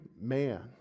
man